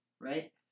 right